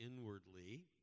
inwardly